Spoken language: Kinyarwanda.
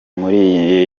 muri